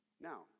Now